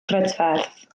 brydferth